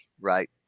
right